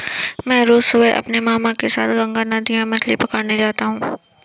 मैं रोज सुबह अपने मामा के साथ गंगा नदी में मछली पकड़ने जाता हूं